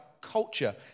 culture